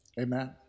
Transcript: Amen